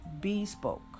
Bespoke